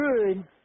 good